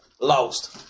lost